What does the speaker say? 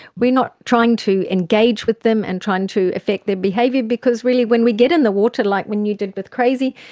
we are not trying to engage with them and trying to affect their behaviour because really when we get in the water, like when you did with crazy,